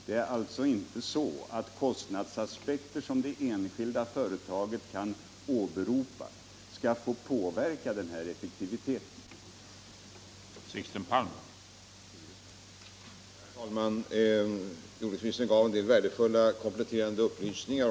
Det är således inte så att kostnadsaspekter som det enskilda företaget kan åberopa skall få påverka effektiviteten i efterlevnaden av fastställda villkor.